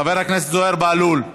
חבר הכנסת זוהיר בהלול,